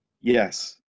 Yes